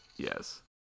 Yes